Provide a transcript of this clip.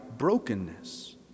Brokenness